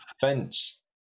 fence